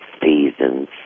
seasons